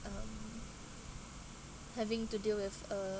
um having to deal with uh